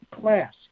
class